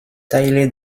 teile